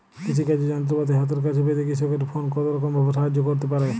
কৃষিকাজের যন্ত্রপাতি হাতের কাছে পেতে কৃষকের ফোন কত রকম ভাবে সাহায্য করতে পারে?